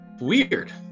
weird